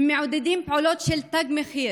הם מעודדים פעולות של תג מחיר.